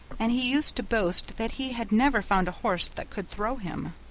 and he used to boast that he had never found a horse that could throw him.